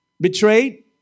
Betrayed